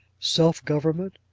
self government,